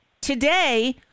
today